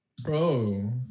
Bro